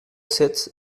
sept